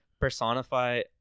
personify